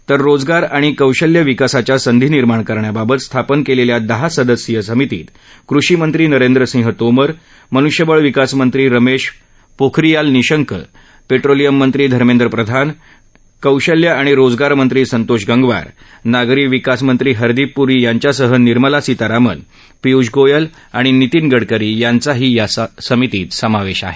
तर रोजगार आणि कौशल्यविकासाच्या संधी निर्माण करण्याबाबत स्थापन केलेल्या दहा सदस्यीय समितीत कृषी मंत्री नरेंद्र सिंह तोमर मन्ष्यबळ विकास मंत्री रमेश पोखरियाल निशंक पेट्रोलियम मंत्री धर्मेंद्र प्रधान कौशल्य आणि रोजगार मंत्री संतोष गंगवार नागरी विकास मंत्री हरदीप पुरी यांच्यासह निर्मला सीतारामन पिय्ष गोयल आणि नितिन गडकरी यांचाही या समितीत समावेश आहे